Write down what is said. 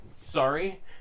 sorry